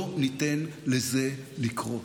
לא ניתן לזה לקרות.